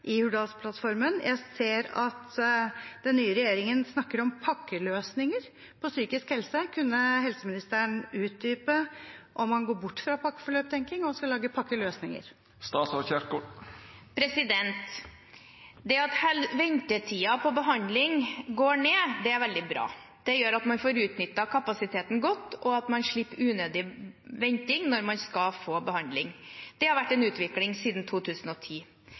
i Hurdalsplattformen. Jeg ser at den nye regjeringen snakker om pakkeløsninger for psykisk helse. Kunne helseministeren utdype om man går bort fra pakkeforløptenkning og skal lage pakkeløsninger? Det at ventetiden på behandling går ned, er veldig bra. Det gjør at man får utnyttet kapasiteten godt, og at man slipper unødig venting når man skal få behandling. Det har vært en utvikling siden 2010.